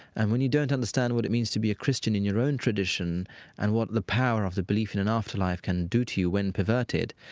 and when you don't understand what it means to be a christian in your own tradition and what the power of the belief in an afterlife can do to you when perverted,